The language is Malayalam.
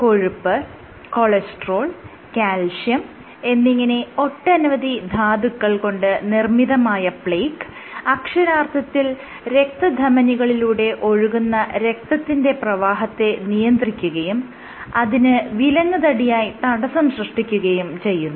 കൊഴുപ്പ് കൊളസ്ട്രോൾ കാൽസ്യം എന്നിങ്ങനെ ഒട്ടനവധി ധാതുക്കൾ കൊണ്ട് നിർമ്മിതമായ പ്ലേക്ക് അക്ഷരാർത്ഥത്തിൽ രക്തധമനികളിലൂടെ ഒഴുകുന്ന രക്തത്തിന്റെ പ്രവാഹത്തെ നിയന്ത്രിക്കുകയും അതിന് വിലങ്ങ് തടിയായി തടസ്സം സൃഷ്ടിക്കുകയും ചെയ്യുന്നു